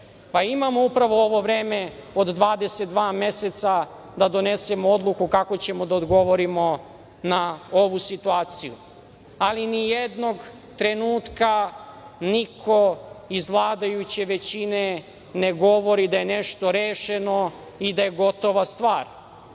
pa imamo upravo ovo vreme od 22 meseca da donesemo odluku kako ćemo da odgovorimo na ovu situaciju, ali ni jednog trenutka niko iz vladajuće većine ne govori da je nešto rešeno i da je gotova stvar